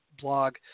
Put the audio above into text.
Blog